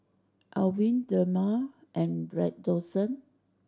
Avene Dermale and Redoxon